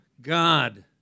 God